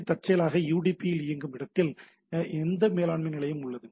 B தற்செயலாக UDP இல் இயங்கும் இடத்தில் இந்த மேலாண்மை நிலையம் உள்ளது